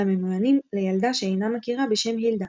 הממוענים לילדה שאינה מכירה בשם הילדה.